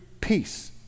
peace